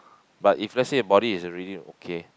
but if let say about it is really okay